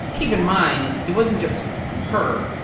keep in mind, it wasn't just her.